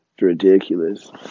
ridiculous